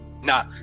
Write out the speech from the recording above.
nah